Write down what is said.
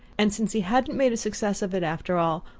and, since he hadn't made a success of it after all,